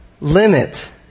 limit